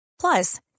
Plus